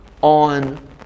on